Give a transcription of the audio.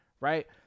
right